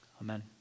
Amen